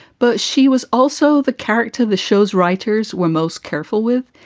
but she was also the character the show's writers were most careful with.